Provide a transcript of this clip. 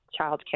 childcare